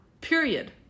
period